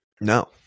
no